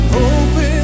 open